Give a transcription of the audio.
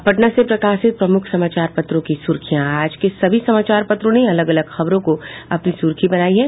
अब पटना से प्रकाशित प्रमुख समाचार पत्रों की सुर्खियां आज के सभी समाचार पत्रों ने अलग अलग खबरों को अपनी सुर्खी बनायी है